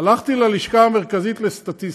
הלכתי ללשכה המרכזית לסטטיסטיקה,